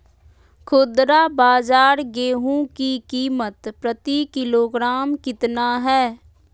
खुदरा बाजार गेंहू की कीमत प्रति किलोग्राम कितना है?